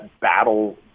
battle